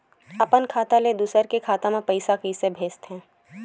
अपन खाता ले दुसर के खाता मा पईसा कइसे भेजथे?